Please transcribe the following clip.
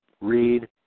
read